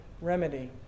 remedy